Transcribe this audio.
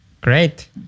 Great